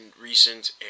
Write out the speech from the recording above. recent